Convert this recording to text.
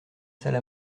salle